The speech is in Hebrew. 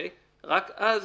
רק אז